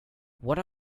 what